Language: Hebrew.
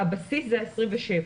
הבסיס זה ה-27.